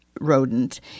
rodent